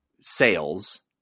sales